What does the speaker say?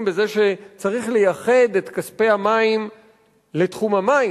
בזה שצריך לייחד את כספי המים לתחום המים.